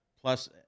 Plus